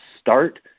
start